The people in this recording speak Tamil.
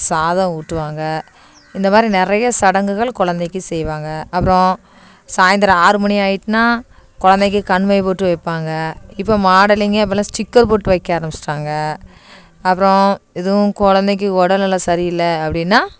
சாதம் ஊட்டுவாங்க இந்த மாதிரி நிறைய சடங்குகள் குழந்தைக்கி செய்வாங்க அப்புறம் சாய்ந்திரம் ஆறு மணி ஆகிட்டுனா குழந்தைக்கி கண்மை பொட்டு வைப்பாங்க இப்போ மாடலிங்கே இப்போல்லாம் ஸ்டிக்கர் பொட்டு வைக்க ஆரம்பிச்சிட்டாங்க அப்புறம் எதுவும் குழந்தைக்கி உடல் நிலை சரியில்லை அப்படின்னா